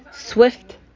Swift